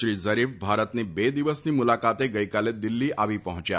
Shri Zarif ભારતની બે દિવસની મુલાકાતે ગઇકાલે દિલ્હી આવી પહોંચ્યા છે